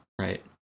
right